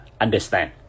understand